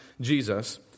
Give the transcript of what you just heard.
Jesus